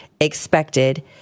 expected